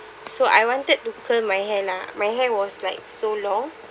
so I wanted to curl my hair lah my hair was like so long